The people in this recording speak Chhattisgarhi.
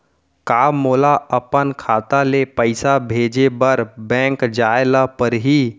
का मोला अपन खाता ले पइसा भेजे बर बैंक जाय ल परही?